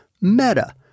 Meta